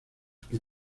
que